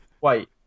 Wait